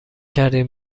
کردین